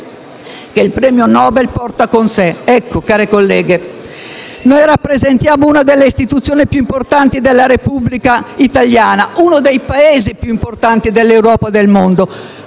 che il premio Nobel porta con sé». Ecco, care colleghe, noi rappresentiamo una delle istituzioni più importanti della Repubblica italiana, uno dei Paesi più importanti dell'Europa e del mondo.